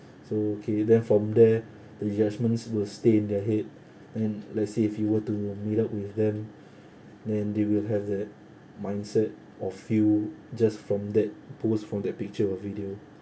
so okay then from there the judgments will stay in their head and let's say if you were to meet up with them then they will have the mindset of you just from that post from that picture or video